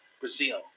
Brazil